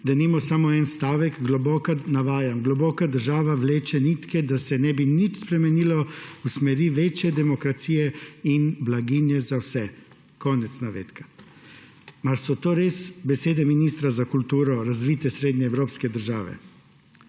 Denimo samo en stavek, navajam: »Globoka država vleče nitke, da se ne bi nič spremenilo v smeri večje demokracije in blaginje za vse.« konec navedka. Mar so to res besede ministra za kulturo razvite srednjeevropske države?